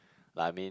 like I mean